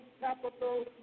capital